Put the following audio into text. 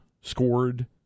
scored